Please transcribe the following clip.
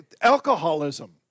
Alcoholism